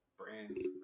Brands